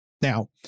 Now